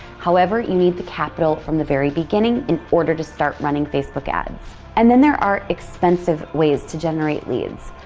however, you need the capital from the very beginning in order to start running facebook ads. and then, there are expensive ways to generate leads.